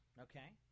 Okay